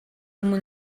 өмнө